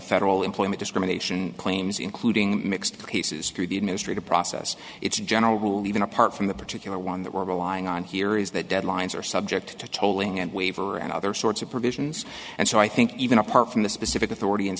federal employment discrimination claims including mixed cases through the administrative process it's a general rule even apart from the particular one that we're relying on here is that deadlines are subject to tolling and waiver and other sorts of provisions and so i think even apart from the specific authority in